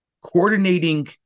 coordinating